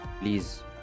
please